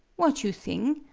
what you thing?